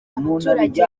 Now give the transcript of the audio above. abaturage